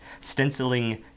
stenciling